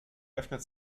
öffnet